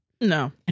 No